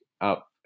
Up